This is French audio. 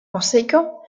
conséquent